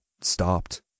stopped